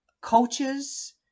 coaches